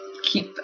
keep